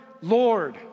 Lord